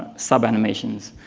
sub-animations,